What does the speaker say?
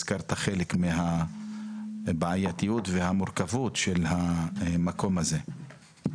אתה הזכרת חלק מהבעייתיות והמורכבות של המקום הזה.